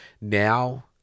now